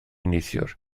neithiwr